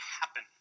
happen